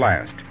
last